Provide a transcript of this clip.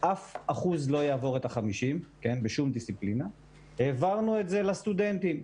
אף אחוז לא יעבור את ה-50 בשום דיסציפלינה - העברנו את זה לסטודנטים.